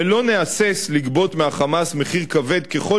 ולא נהסס לגבות מה"חמאס" מחיר כבד ככל